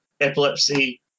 epilepsy